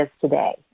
today